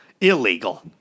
illegal